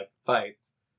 fights